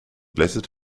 blessed